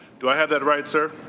do i have that right, sir?